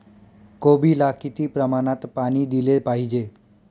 कोबीला किती प्रमाणात पाणी दिले पाहिजे?